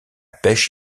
pêche